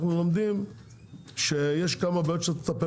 אנחנו לומדים שיש כמה בעיות שצריך לטפל